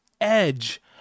edge